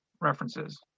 references